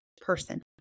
person